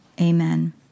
Amen